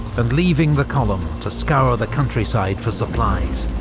and leaving the column to scour the countryside for supplies.